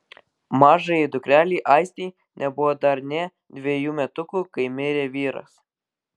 mažajai dukrelei aistei nebuvo dar nė dvejų metukų kai mirė vyras